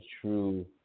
true